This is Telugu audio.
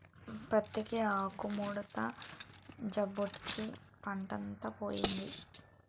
పత్తికి ఆకుముడత జబ్బొచ్చి పంటంతా పోయింది